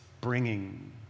bringing